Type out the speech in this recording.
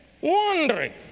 wandering